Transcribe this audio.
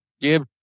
Give